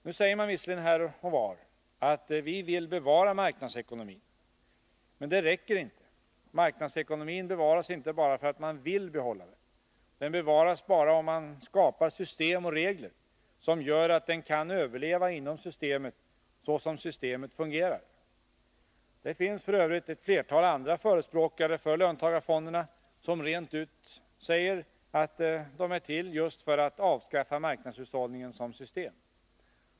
Nu säger man visserligen här och var att ”vi vill bevara marknadsekonomin”. Men det räcker inte, marknadsekonomin bevaras inte bara för att man vill behålla den. Den bevaras endast om man skapar system och regler som gör att den kan överleva inom systemet, så som systemet fungerar. Det finns f. ö. ett flertal andra förespråkare för löntagarfonderna som rent ut säger att fonderna är till just för att avskaffa marknadshushållningen som system.